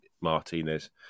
Martinez